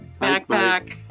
backpack